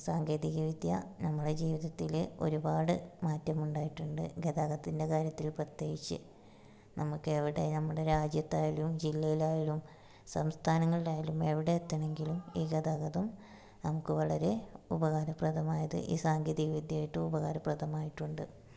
സാങ്കേതികവിദ്യ നമ്മുടെ ജീവിതത്തിൽ ഒരുപാട് മാറ്റം ഉണ്ടായിട്ടുണ്ട് ഗതാഗത്തിന്റെ കാര്യത്തില് പ്രത്യേകിച്ച് നമുക്ക് അവിടെ നമ്മുടെ രാജ്യത്തായാലും ജില്ലയിലായാലും സംസ്ഥാനങ്ങളിലായാലും എവിടെ എത്തണമെങ്കിലും ഈ ഗതാഗതം നമുക്ക് വളരെ ഉപകാരപ്രദമായത് ഈ സാങ്കേതികവിദ്യ ഏറ്റവും ഉപകാരപ്രദമായിട്ടുണ്ട്